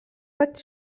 pat